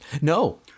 No